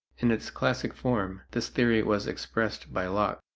in its classic form, this theory was expressed by locke.